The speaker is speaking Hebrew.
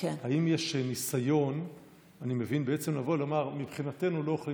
האם יש ניסיון לומר שמבחינתכם לא אוכלים